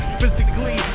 physically